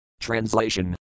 Translation